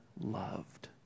loved